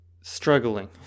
struggling